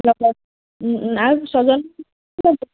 লগ আৰু ছজন